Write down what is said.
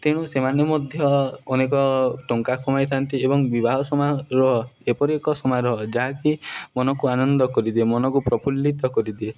ତେଣୁ ସେମାନେ ମଧ୍ୟ ଅନେକ ଟଙ୍କା କମାଇଥାନ୍ତି ଏବଂ ବିବାହ ସମାରୋହ ଏପରି ଏକ ସମାରୋହ ଯାହାକି ମନକୁ ଆନନ୍ଦ କରିଦିଏ ମନକୁ ପ୍ରଫୁଲ୍ଲିତ କରିଦିଏ